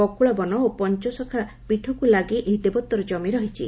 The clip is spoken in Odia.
ବକୁଳବନ ଓ ପଞ୍ଚସଂଖା ପୀଠକୁ ଲାଗି ଏହି ଦେବୋତ୍ତର ଜମି ରହିଛି